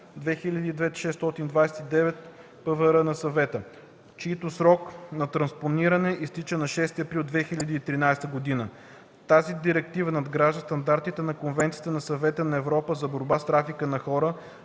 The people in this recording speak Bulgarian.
на Съвета, чийто срок за транспониране изтече на 6 април 2013 г. Тази директива надгражда стандартите на Конвенция на Съвета на Европа за борба с трафика на хора,